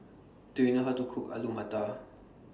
Do YOU know How to Cook Alu Matar